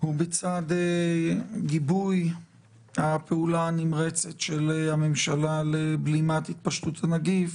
בצד גיבוי הפעולה הנמרצת של הממשלה לבלימת התפשטות הנגיף,